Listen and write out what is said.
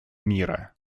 мира